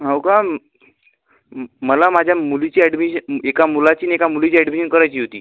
हो का मला माझ्या मुलीची ॲडमिशन एका मुलाची आणि एका मुलीची ॲडमिशन करायची होती